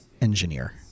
engineer